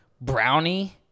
Brownie